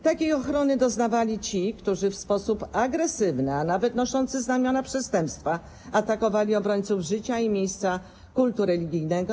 Takiej ochrony doznawali ci, którzy w sposób agresywny, a nawet noszący znamiona przestępstwa atakowali obrońców życia i miejsca kultu religijnego.